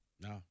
No